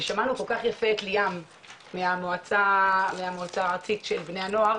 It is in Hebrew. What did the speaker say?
ושמענו כל כך יפה את ליאם מהמועצה הארצית של בני הנוער,